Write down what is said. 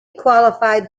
qualified